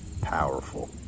powerful